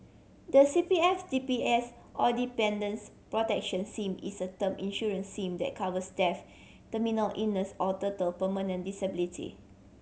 the C P F D P S or Dependants' Protection Scheme is a term insurance scheme that covers death terminal illness or total permanent disability